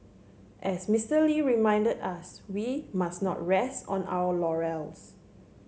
as Mister Lee reminded us we must not rest on our laurels